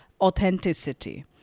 authenticity